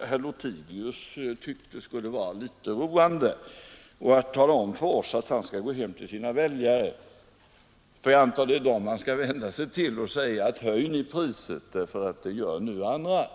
Herr Lothigius tyckte väl att det skulle vara trevligt att få hoppa in i detta sammanhang. Han talade om för oss att han skulle gå till sina väljare — ty jag antar att det är dem han vill vända sig till — och säga: ”Höj ni priset, ty det gör nu andra!”